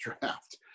draft